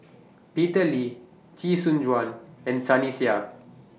Peter Lee Chee Soon Juan and Sunny Sia